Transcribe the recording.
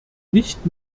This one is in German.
nicht